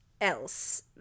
else